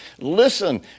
Listen